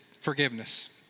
forgiveness